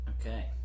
Okay